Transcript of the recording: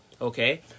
Okay